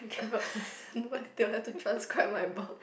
but they will have to transcribe my burp